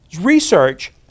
Research